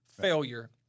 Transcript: failure